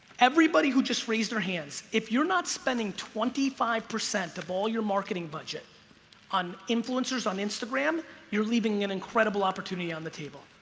everybody who just raised their hands if you're not spending twenty five percent of all your marketing budget on influencers on instagram you're leaving an incredible opportunity on the table